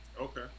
okay